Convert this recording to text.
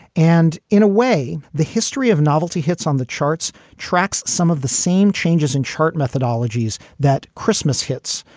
and in a way, the history of novelty hits on the charts tracks some of the same changes in chart methodologies that christmas hits.